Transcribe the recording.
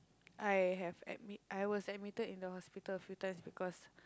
I have admit I was admitted in the hospital a few times because